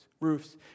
Roofs